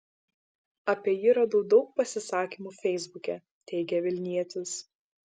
apie jį radau daug pasisakymų feisbuke teigė vilnietis